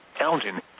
Elgin